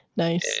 Nice